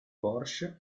porsche